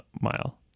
mile